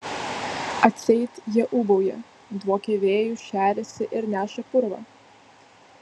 atseit jie ūbauja dvokia vėju šeriasi ir neša purvą